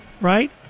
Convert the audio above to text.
right